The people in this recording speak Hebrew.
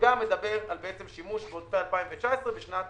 והוא גם מדבר על שימוש בעודפי 2019 בשנת